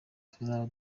tuzaba